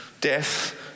death